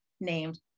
named